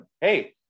hey